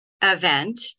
event